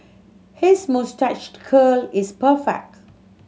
his moustache curl is perfect